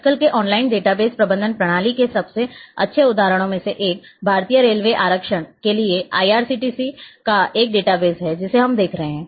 आजकल के online database प्रबंधन प्रणाली के सबसे अच्छे उदाहरणों में से एक भारतीय रेलवे आरक्षण के लिए IRCTC का एक डेटाबेस है जिसे हम देख रहे हैं